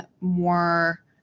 more